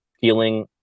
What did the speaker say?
feeling